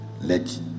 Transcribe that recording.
let